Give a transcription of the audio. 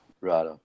right